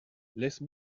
laisse